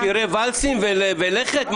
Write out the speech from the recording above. שירי ואלסים ולכת?